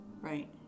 Right